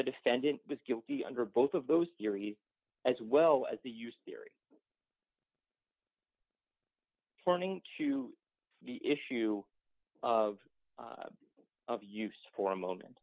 the defendant was guilty under both of those theories as well as the use dearie turning to the issue of of use for a moment